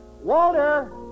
Walter